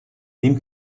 dem